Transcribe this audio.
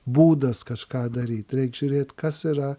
būdas kažką daryt reik žiūrėt kas yra